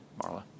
Marla